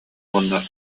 уонна